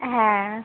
হ্যাঁ